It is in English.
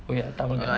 oh ya tamil netflix